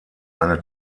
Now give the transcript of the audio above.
eine